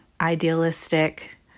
idealistic